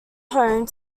home